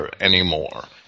anymore